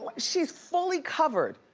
she's fully covered.